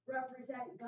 represent